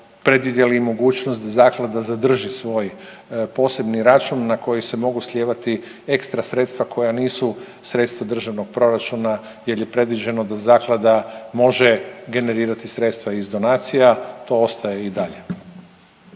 predvidjeli i mogućnost da zaklada zadrži svoj posebni račun na koji se mogu slijevati ekstra sredstva koja nisu sredstva državnog proračuna jel je predviđeno da zaklada može generirati sredstva iz donacija. To ostaje i dalje.